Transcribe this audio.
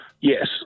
yes